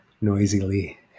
noisily